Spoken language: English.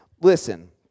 Listen